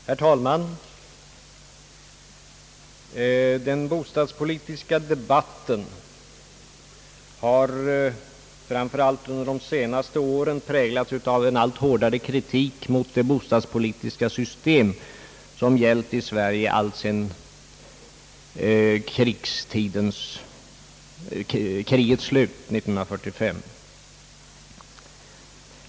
Herr talman! Den bostadspolitiska debatten har framför allt under de senaste åren präglats av en allt hårdare kritik mot det bostadspolitiska system som gällt i Sverige alltsedan krigets slut 1943.